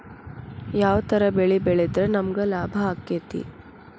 ಯಾವ ತರ ಬೆಳಿ ಬೆಳೆದ್ರ ನಮ್ಗ ಲಾಭ ಆಕ್ಕೆತಿ?